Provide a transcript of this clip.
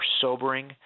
sobering